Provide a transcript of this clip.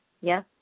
yes